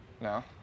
No